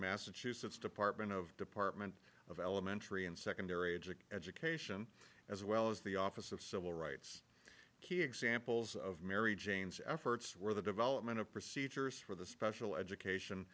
massachusetts department of department of elementary and secondary education education as well as the office of civil rights key examples of mary jane's efforts were the development of procedures for the special education